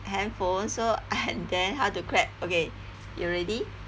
handphone so then how to clap okay you ready